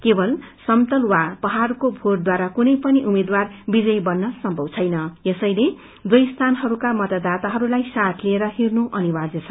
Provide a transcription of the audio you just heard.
केवल समतल वा पहाड़को भोटद्वारा कुनै पनि उम्मेद्वार विजयी बन्न सम्भव छैन यसैले दुवै स्थानहरूका मतदाताहरूलाई साथ लिएर हिडनु अनिवाय छ